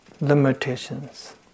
limitations